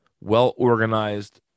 well-organized